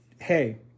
Hey